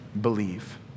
believe